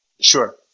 Sure